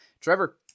Trevor